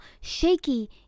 shaky